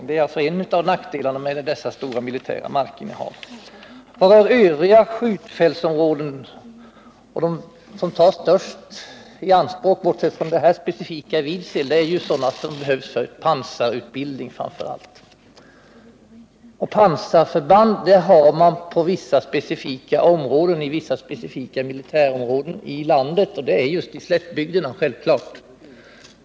Detta är alltså en av nackdelarna med dessa stora militära markinnehav. Vad gäller övriga skjutfältsområden är det, bortsett från detta specifika i Vidsel, sådana som behövs för framför allt pansarutbildning som tar största andelen mark i anspråk. Pansarförband har vi inom vissa speciella militärområden i landet. Det är självfallet just i slättbygderna.